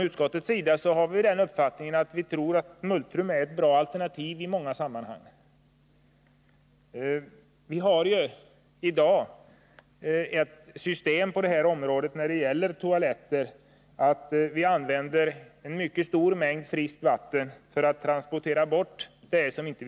Utskottet har den uppfattningen att multrum är ett bra alternativ i många sammanhang. I det system som i dag tillämpas vid avloppshanteringen använder vi en mycket stor mängd friskt vatten för att transportera bort oönskade ämnen.